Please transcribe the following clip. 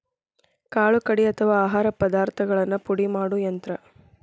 ಕಾಳು ಕಡಿ ಅಥವಾ ಆಹಾರ ಪದಾರ್ಥಗಳನ್ನ ಪುಡಿ ಮಾಡು ಯಂತ್ರ